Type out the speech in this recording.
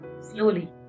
Slowly